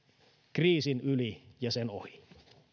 kriisin yli ja sen ohi